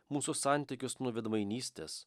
mūsų santykius nuo veidmainystės